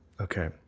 Okay